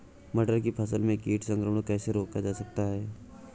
मटर की फसल में कीट संक्रमण कैसे रोका जा सकता है?